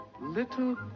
Little